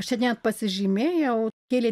aš čia net pasižymėjau kėlei